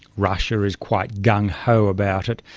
russia is quite gung-ho about it.